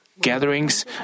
gatherings